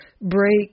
break